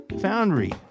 foundry